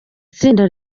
itsinda